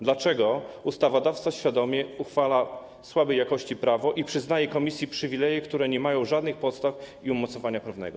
Dlaczego ustawodawca świadomie uchwala słabej jakości prawo i przyznaje komisji przywileje, które nie mają żadnych podstaw i umocowania prawnego?